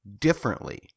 differently